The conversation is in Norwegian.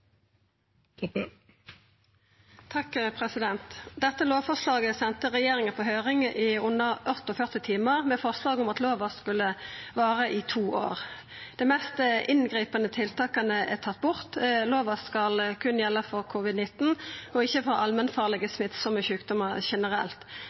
Dette lovforslaget sende regjeringa på høyring i under 48 timar, med forslag om at lova skulle vara i to år. Dei mest inngripande tiltaka er tatt bort. Lova skal berre gjelda for covid-19, og ikkje for allmennfarlege